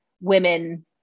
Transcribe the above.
women